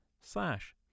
slash